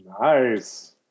Nice